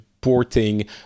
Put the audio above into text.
porting